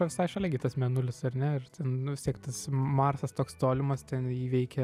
yra visai šalia gi tas mėnulis ar ne ir ten nu vis tiek tas marsas toks tolimas ten jį veikia